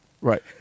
Right